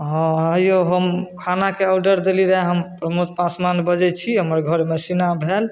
हँ यौ हम खानाके ऑर्डर देली रऽ हम प्रमोद पासबान बजै छी हमरा घर मसिना भेल